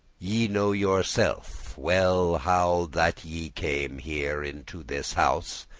ye know yourself well how that ye came here into this house,